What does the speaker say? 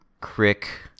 Crick